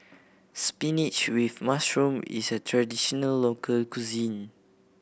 spinach with mushroom is a traditional local cuisine